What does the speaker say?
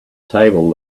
table